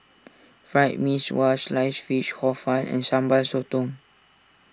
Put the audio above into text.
Fried Mee Sua Sliced Fish Hor Fun and Sambal Sotong